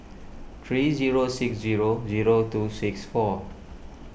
three zero six zero zero two six four